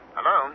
Hello